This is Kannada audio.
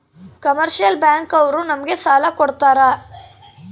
ಕಮರ್ಷಿಯಲ್ ಬ್ಯಾಂಕ್ ಅವ್ರು ನಮ್ಗೆ ಸಾಲ ಕೊಡ್ತಾರ